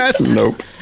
nope